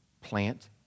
plant